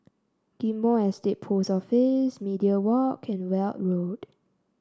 Ghim Moh Estate Post Office Media Walk and Weld Road